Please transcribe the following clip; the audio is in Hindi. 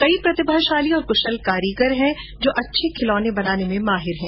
कई प्रतिभाशाली और कुशल कारीगर हैं जो अच्छे खिलौने बनाने में माहिर है